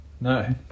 No